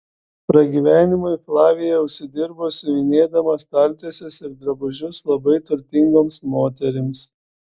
pragyvenimui flavija užsidirbo siuvinėdama staltieses ir drabužius labai turtingoms moterims